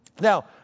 Now